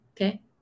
Okay